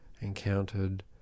encountered